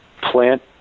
plant